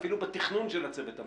אפילו בתכנון של הצוות המטפל.